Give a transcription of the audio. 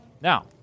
now